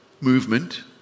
movement